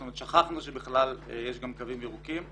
זאת אומרת, שכחנו שבכלל יש גם קווים ירוקים.